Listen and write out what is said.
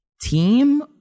team